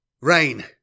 Rain